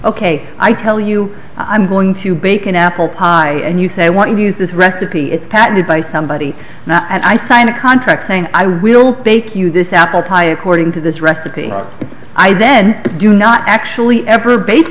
ok i tell you i'm going to bake an apple pie and you say i want to use this record p it's patented by somebody now and i find a contract saying i will bake you this apple pie according to this recipe i then do not actually ever bake